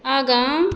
आगाँ